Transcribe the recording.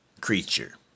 creature